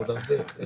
עוד הרבה.